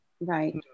Right